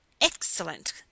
Excellent